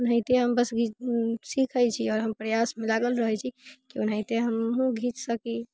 तऽ ओनाहिते बस हम सीखै छी आओर हम प्रयासमे लागल रहै छी कि ओनाहिते हमहूँ घीच सकी